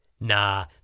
Nah